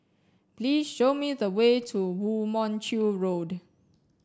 please show me the way to Woo Mon Chew Road